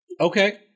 Okay